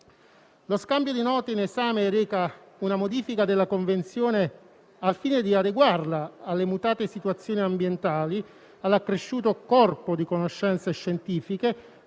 Lo scambio di note in esame reca una modifica della Convenzione al fine di adeguarla alle mutate situazioni ambientali, all'accresciuto corpo di conoscenze scientifiche,